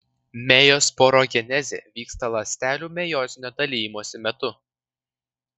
mejosporogenezė vyksta ląstelių mejozinio dalijimosi metu